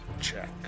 check